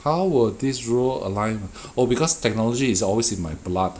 how will this role align oh because technology is always in my blood